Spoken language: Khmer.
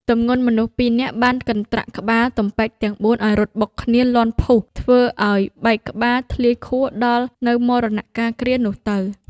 ទម្ងន់មនុស្សពីរនាក់បានកន្ត្រាក់ក្បាល ទំពែក ទាំងបួនឱ្យរត់បុកគ្នាលាន់ភូស ធ្វើឱ្យបែក ក្បាលធ្លាយខួរដល់នូវមរណកាលគ្រានោះទៅ។